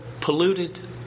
polluted